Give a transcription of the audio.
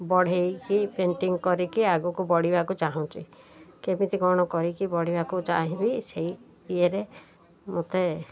ବଢ଼ାଇକି painting କରିକି ଆଗକୁ ବଢ଼ିବାକୁ ଚାହୁଁଛି କେମିତି କ'ଣ କରିକି ବଢ଼ିବାକୁ ଚାହିଁବି ସେଇ ଇଏରେ ମୋତେ